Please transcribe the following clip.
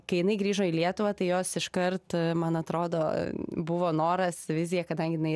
kai jinai grįžo į lietuvą tai jos iškart man atrodo buvo noras vizija kadangi jinai